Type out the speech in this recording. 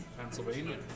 Pennsylvania